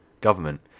government